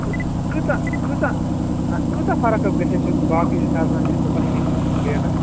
کۭژاہ کۭژاہ کۭژاہ فرق حظ گَژھِ اَسہِ باقٕے سیلرَن نِش تہٕ تۄہہِ نِش ریٹَس